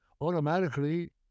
automatically